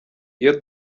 iyo